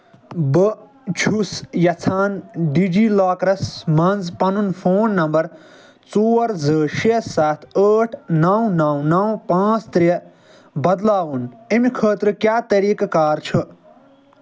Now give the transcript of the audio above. بہٕ چھُس یَژھان ڈِی جی لاکرس منٛز پنُن فون نمبر ژور زٕ شیٚے سَتھ ٲٹھ نو نو نو پانٛژھ ترٛےٚ بدلاوُن اَمہَ خٲطرٕ کیٛاہ طریٖقہٕ کار چھُ